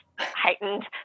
Heightened